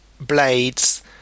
blades